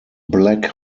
black